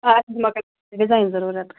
اَسہِ اوس ڈِزایِن ضُروٗرَت